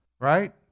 right